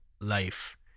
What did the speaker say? life